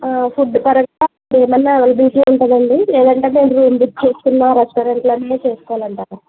food పరంగా ఏమైనా availability ఉంటుందా అండి లేదంటే మేము రూమ్ బుక్ చేసుకున్న రెస్టారెంట్లోనే చేసుకోవాలి అంటారా